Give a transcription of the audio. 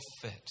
fit